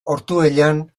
ortuellan